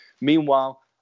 Meanwhile